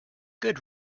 good